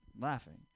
laughing